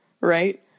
right